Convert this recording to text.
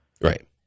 Right